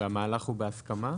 והמהלך הוא בהסכמה?